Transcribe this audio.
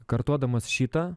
kartodamas šį tą